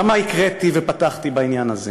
למה הקראתי ופתחתי בעניין הזה?